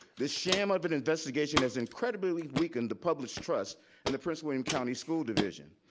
this sham of an investigation has incredibly weakened the public's trust and the prince william county school division.